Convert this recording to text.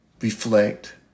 reflect